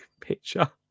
picture